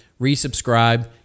resubscribe